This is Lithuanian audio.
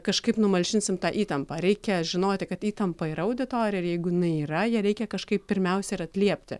kažkaip numalšinsim tą įtampą reikia žinoti kad įtampa yra auditorija ir jeigu jinai yra ją reikia kažkaip pirmiausia ir atliepti